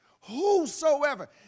whosoever